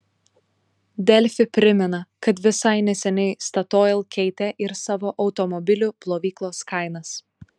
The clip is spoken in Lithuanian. delfi primena kad visai neseniai statoil keitė ir savo automobilių plovyklos kainas